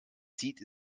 zieht